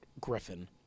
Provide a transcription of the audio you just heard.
Griffin